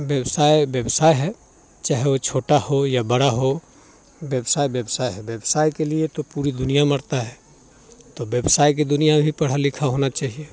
व्यवसाय व्यवसाय है चाहे वो छोटा हो या बड़ा हो व्यवसाय व्यवसाय है व्यवसाय के लिए तो पूरी दुनिया मरता है तो व्यवसाय की दुनिया भी पढ़ा लिखा होना चाहिए